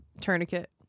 tourniquet